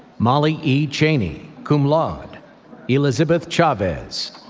molly e. chaney, cum laude elizabeth chavez,